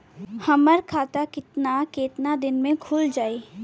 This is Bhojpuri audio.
हमर खाता कितना केतना दिन में खुल जाई?